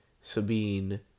Sabine